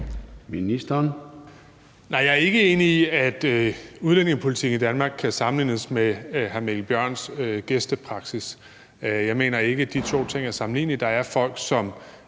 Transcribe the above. jeg er ikke enig i, at udlændingepolitikken i Danmark kan sammenlignes med hr. Mikkel Bjørns gæstepraksis. Jeg mener ikke, at de to ting er sammenlignelige. Der er folk, som